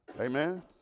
Amen